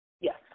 Yes